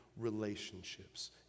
relationships